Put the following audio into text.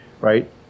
right